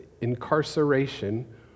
incarceration